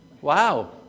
Wow